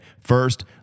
First